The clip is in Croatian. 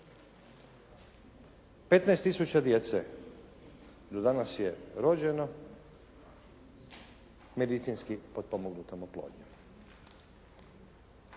tisuća djece do danas je rođeno medicinski potpomognutom oplodnjom.